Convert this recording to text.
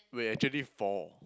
wait actually four